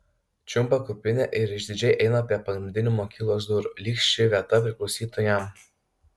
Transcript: čiumpa kuprinę ir išdidžiai eina prie pagrindinių mokyklos durų lyg ši vieta priklausytų jam